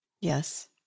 Yes